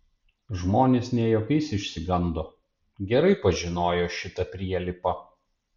žmonės ne juokais išsigando gerai pažinojo šitą prielipą